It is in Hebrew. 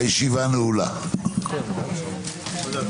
הישיבה ננעלה בשעה 11:16.